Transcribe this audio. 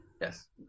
Yes